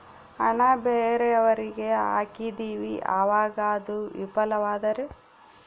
ಹಣ ಬೇರೆಯವರಿಗೆ ಹಾಕಿದಿವಿ ಅವಾಗ ಅದು ವಿಫಲವಾದರೆ?